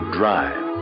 drive